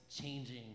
changing